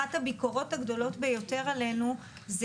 אחת הביקורות הגדולות ביותר עלינו זה